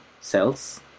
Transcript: cells